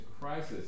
crisis